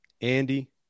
Andy